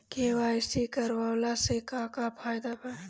KYC करवला से का का फायदा बा?